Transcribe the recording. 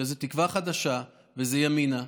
תקווה חדשה וימינה,